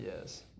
yes